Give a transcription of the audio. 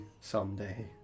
someday